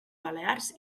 balears